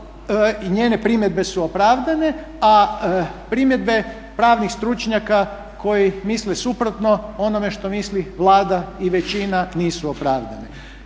njene primjedbe su opravdane a primjedbe pravnih stručnjaka koji misle suprotno onome što misli Vlada i većina nisu opravdana.